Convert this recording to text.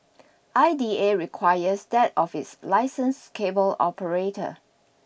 I D A requires that office licensed cable operator